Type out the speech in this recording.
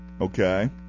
okay